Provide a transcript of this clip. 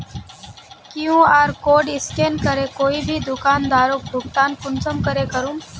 QR code scan करे कोई भी दुकानदारोक भुगतान कुंसम करे करूम?